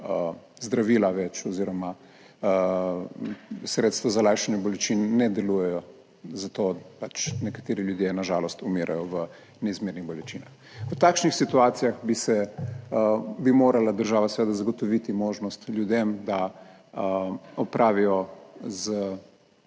zdravila več oziroma sredstva za lajšanje bolečin ne delujejo, zato pač nekateri ljudje na žalost umirajo v neizmernih bolečinah. V takšnih situacijah bi morala država seveda zagotoviti možnost ljudem, da opravijo s